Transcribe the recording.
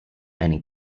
einen